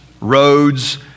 roads